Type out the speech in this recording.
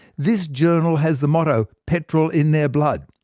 this journal has the motto, petrol in their blood.